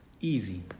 easy